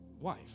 wife